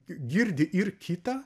girdi ir kitą